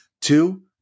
Two